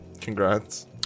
Congrats